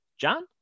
John